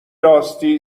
راستی